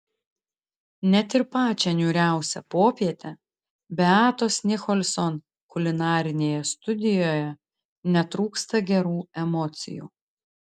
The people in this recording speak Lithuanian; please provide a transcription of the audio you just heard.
net ir pačią niūriausią popietę beatos nicholson kulinarinėje studijoje netrūksta gerų emocijų